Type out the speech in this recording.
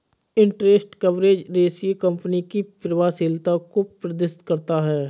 interest coverage ratio company की प्रभावशीलता को प्रदर्शित करता है